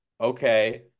okay